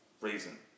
reason